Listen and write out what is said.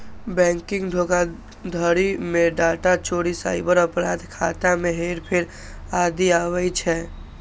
banking धोखाधड़ी मे data चोरी, साइबर अपराध, खाता मे हेरफेर आदि आबै छै